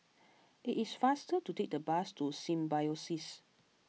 it is faster to take the bus to Symbiosis